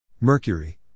Mercury